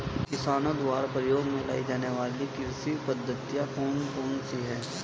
किसानों द्वारा उपयोग में लाई जाने वाली कृषि पद्धतियाँ कौन कौन सी हैं?